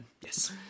Yes